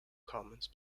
comments